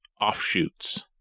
offshoots